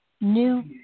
new